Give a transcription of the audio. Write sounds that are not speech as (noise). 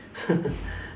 (laughs)